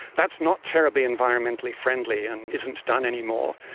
that's not terribly environmentally friendly and isn't done anymore.